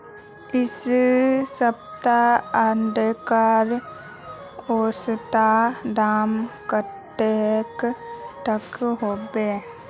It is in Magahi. इडा सप्ताह अदरकेर औसतन दाम कतेक तक होबे?